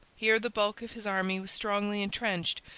here the bulk of his army was strongly entrenched,